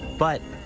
but,